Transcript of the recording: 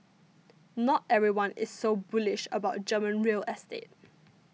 not everyone is so bullish about German real estate